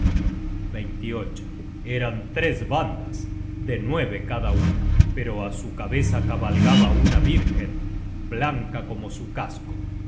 flota eran tres bandas de nueve cada una pero á su cabeza cabalgaba una vírgen blanca como su casco